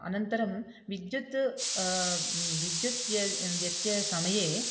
अनन्तरं विद्युत् विद्युत् व्य व्यत्ययसमये